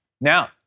Now